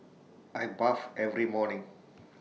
I bath every morning